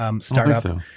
startup